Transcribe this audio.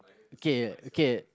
okay okay